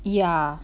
yeah